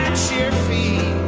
your feet